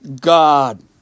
God